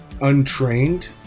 untrained